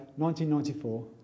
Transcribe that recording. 1994